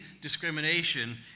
discrimination